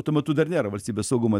tuo metu dar nėra valstybės saugumo